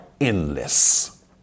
endless